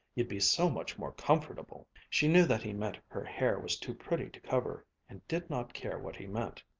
you'd be so much more comfortable! she knew that he meant her hair was too pretty to cover, and did not care what he meant.